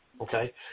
okay